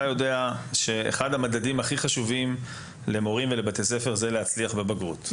אתה יודע שאחד המדדים החשובים למורים ולבתי ספר הוא ההצלחה בבגרות.